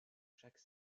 chaque